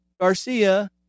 Garcia